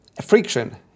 friction